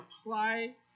apply